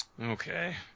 Okay